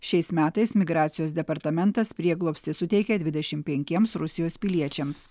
šiais metais migracijos departamentas prieglobstį suteikė dvidešim penkiems rusijos piliečiams